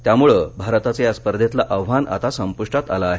त्यामुळे भारताचं या स्पर्धेतलं आव्हान आता संप्टात आलं आहे